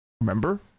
Remember